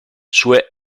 sue